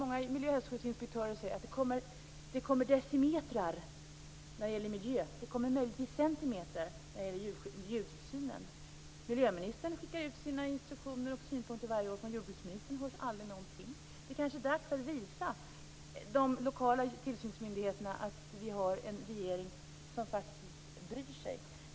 Många miljö och hälsoskyddsinspektörer säger att det kommer decimetrar när det gäller miljö, det kommer möjligtvis centimetrar när det gäller djurtillsynen. Miljöministern skickar ut sina instruktioner och synpunkter varje år, men från jordbruksministern hörs aldrig någonting. Det kanske är dags att visa de lokala tillsynsmyndigheterna att vi har en regering som faktiskt bryr sig.